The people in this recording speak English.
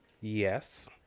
Yes